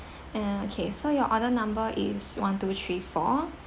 uh okay so your order number is one two three four